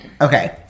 okay